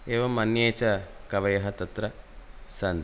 एवम् अन्ये च कवयः तत्र सन्ति